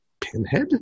Pinhead